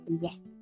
Yes